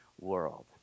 world